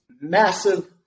massive